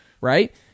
right